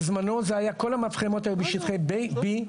בזמנו כל המפחמות היו בשטחי B,